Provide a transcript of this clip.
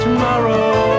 Tomorrow